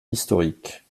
historique